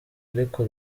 ariko